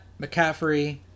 McCaffrey